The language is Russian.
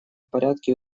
порядке